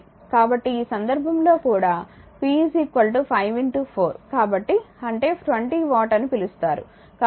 కాబట్టి ఈ సందర్భంలో కూడా p 5 4 కాబట్టి అంటే 20 వాట్స్ అని పిలుస్తారు